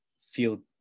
feel